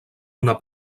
una